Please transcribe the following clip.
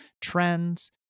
trends